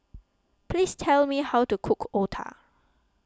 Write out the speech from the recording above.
please tell me how to cook Otah